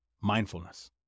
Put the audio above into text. Mindfulness